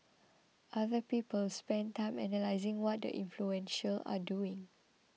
other people spend time analysing what the influential are doing